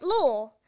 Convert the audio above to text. law